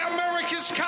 America's